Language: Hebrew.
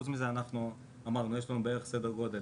חוץ מזה אנחנו אמרנו, יש לנו בערך סדר גודל